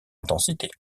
intensité